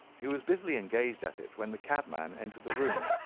he was busily engaged at it when the cabman entered the room.